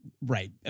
right